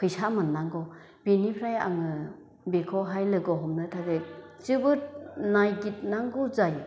फैसा मोननांगौ बेनिफ्राय आङो बेखौहाय लोगो हमनो थाखै जोबोद नायगिथनांगौ जायो